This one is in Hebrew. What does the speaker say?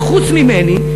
וחוץ ממני,